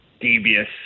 devious